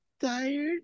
tired